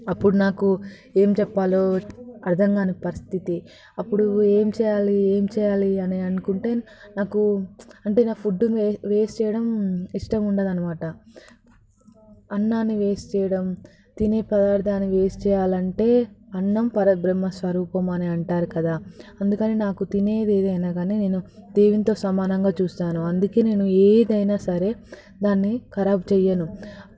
అప్పుడు నాకు ఏం చెప్పాలో అర్థం కాని పరిస్థితి అప్పుడు ఏం చేయాలి ఏం చేయాలి అని అనుకుంటే నాకు అంటే నా ఫుడ్ని వేస్ట్ చేయడం ఇష్టం ఉండదు అన్నమాట అన్నాన్ని వేస్ట్ చేయడం తినే పదార్థాన్ని వేస్ట్ చేయాలంటే అన్నం పరబ్రహ్మ స్వరూపం అని అంటారు కదా అందుకని నాకు తినేదైనా కానీ నేను దేవునితో సమానంగా చూస్తాను అందుకే నేను ఏదైనా సరే దాన్ని కరాబ్ చేయను